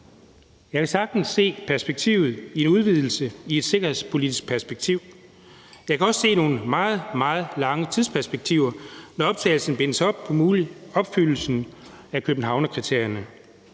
Jeg kan sagtens se perspektivet i en udvidelse i et sikkerhedspolitisk perspektiv. Jeg kan også se nogle meget, meget lange tidsperspektiver, når optagelsen bindes op på opfyldelsen af Københavnerkriterierne.